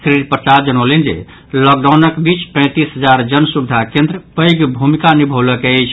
श्री प्रसाद जनौलनि जे लॉकडाउनक बीच पैंतीस हजार जन सुविधा केन्द्र पैघ भूमिका निभौलक अछि